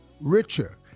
richer